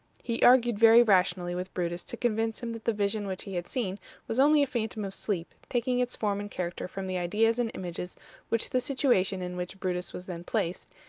he argued very rationally with brutus to convince him that the vision which he had seen was only a phantom of sleep, taking its form and character from the ideas and images which the situation in which brutus was then placed,